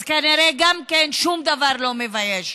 אז כנראה שום דבר לא מבייש.